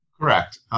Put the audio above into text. Correct